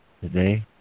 today